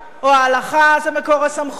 או ההלכה היא מקור הסמכות?